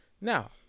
now